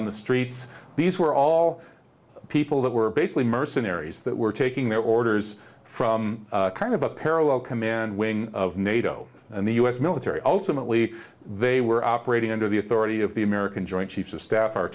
on the streets these were all people that were basically mercenaries that were taking their orders from kind of a parallel command wing of nato and the u s military ultimately they were operating under the authority of the american joint chiefs of staff are